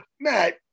Matt